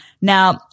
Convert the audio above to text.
Now